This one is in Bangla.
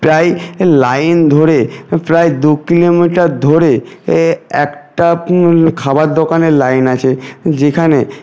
প্রায়ই লাইন ধরে প্রায় দু কিলোমিটার ধরে একটা খাবার দোকানের লাইন আছে যেখানে